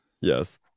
Yes